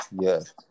yes